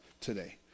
today